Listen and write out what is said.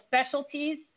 specialties